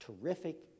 terrific